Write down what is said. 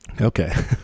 Okay